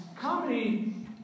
comedy